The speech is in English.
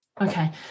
okay